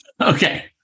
Okay